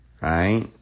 right